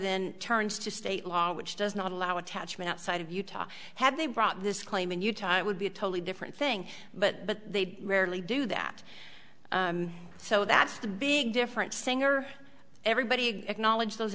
then turns to state law which does not allow attachment outside of utah had they brought this claim in utah it would be a totally different thing but they rarely do that so that's the big difference singer everybody acknowledged those